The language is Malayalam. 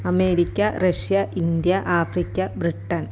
America Russia India Africa Britain